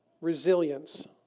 resilience